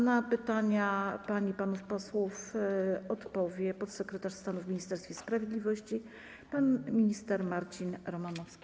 Na pytania pań i panów posłów odpowie podsekretarz stanu w Ministerstwie Sprawiedliwości pan minister Marcin Romanowski.